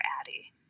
Addie